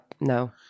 no